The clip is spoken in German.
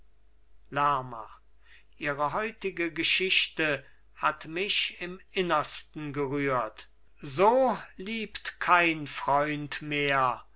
lerma ihre heutige geschichte hat mich im innersten gerührt so liebt kein freund mehr